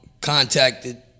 contacted